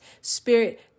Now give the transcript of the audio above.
spirit